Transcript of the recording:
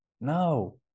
No